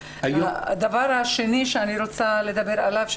הדבר השני שאני רוצה לדבר עליו,